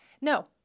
no